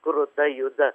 kruta juda